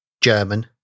German